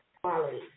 quality